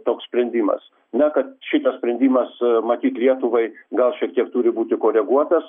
toks sprendimas na kad šitas sprendimas matyt lietuvai gal šiek tiek turi būti koreguotas